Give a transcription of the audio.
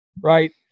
right